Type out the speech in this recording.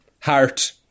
heart